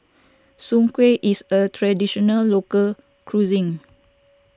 Soon Kueh is a Traditional Local Cuisine